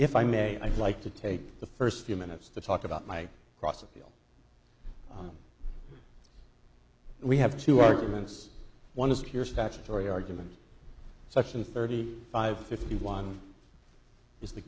if i may i'd like to take the first few minutes to talk about my cross appeal we have two arguments one is pure statutory argument section thirty five fifty one is the